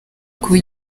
kuba